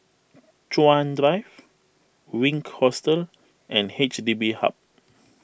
Chuan Drive Wink Hostel and H D B Hub